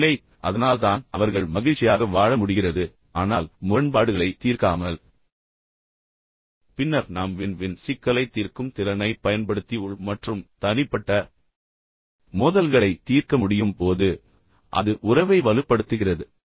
ஒருவேளை அதனால்தான் அவர்கள் மகிழ்ச்சியாக வாழ முடிகிறது ஆனால் முரண்பாடுகளைத் தீர்க்காமல் பின்னர் நாம் வின் வின் சிக்கலைத் தீர்க்கும் திறனை பயன்படுத்தி உள் மற்றும் தனிப்பட்ட மோதல்களை தீர்க்க முடியும் போது அது உறவை வலுப்படுத்துகிறது